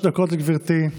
שלוש דקות לגברתי,